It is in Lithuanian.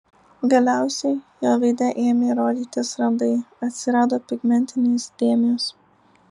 galiausiai jo veide ėmė rodytis randai atsirado pigmentinės dėmės